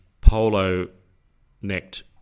polo-necked